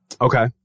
Okay